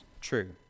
true